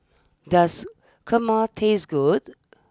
does Kurma taste good